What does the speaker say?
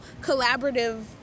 collaborative